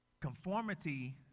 conformity